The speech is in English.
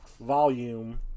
volume